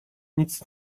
nic